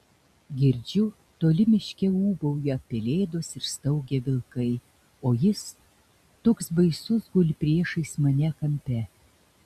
girdžiu toli miške ūbauja pelėdos ir staugia vilkai o jis toks baisus guli priešais mane kampe